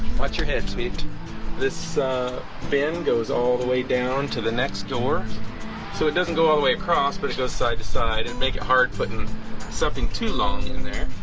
watch your head sweet this bin goes all the way down to the next door so it doesn't go all the way across but it goes side to side and make it hard footing something too long in there